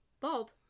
Bob